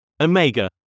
Omega